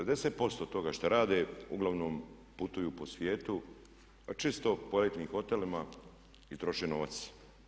90% toga šta rade uglavnom putuju po svijetu a čisto po elitnim hotelima i troše novac.